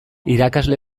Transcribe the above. irakasle